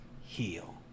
heal